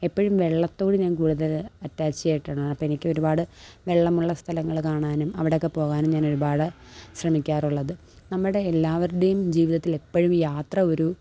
എപ്പോഴും വെള്ളത്തോട് ഞാൻ കൂടുതൽ അറ്റാച്ചിഡായിട്ടാണ് അപ്പം എനിക്കൊരുപാട് വെള്ളമുള്ള സ്ഥലങ്ങൾ കാണാനും അവിടെയൊക്കെ പോവാനും ഞാനൊരുപാട് ശ്രമിക്കാറുള്ളത് നമ്മുടെ എല്ലാവരുടെയും ജീവിതത്തിലെപ്പോഴും യാത്ര ഒരു